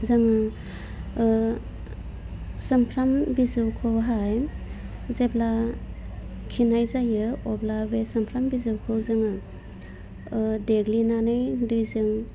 जों ओह सुमफ्राम बिजौखौहाइ जेब्ला खिनाय जायो अब्ला बे सुमफ्राम बिजौखौ जोङो ओह देग्लिनानै दैजों